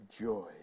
joy